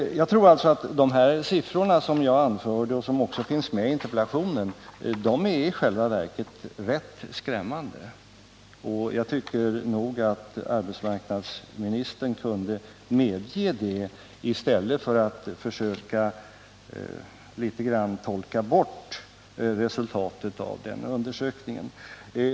Jag tror alltså att de siffror som jag anförde och som finns med i interpellationen i själva verket är rätt skrämmande. Jag tycker nog arbetsmarknadsministern kunde medge detta i stället för att försöka tolka bort resultaten av denna undersökning.